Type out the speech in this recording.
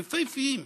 יפהפיים,